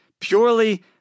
purely